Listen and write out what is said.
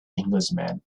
englishman